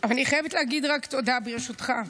אבל אני חייבת להגיד רק תודה, ברשותך.